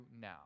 now